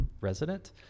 resident